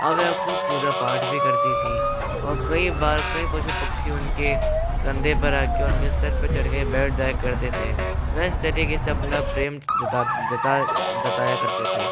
अब वो खूब पूजा पाठ भी करती थीं और कई बार कई पशु पक्षी उनके कंधे पर आके उनके सर पे चढ़के बैठ जाया करते थे वो इस तरीके से अपना प्रेम जताया करते थे